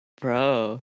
Bro